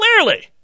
clearly